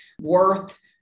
worth